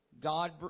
God